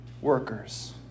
workers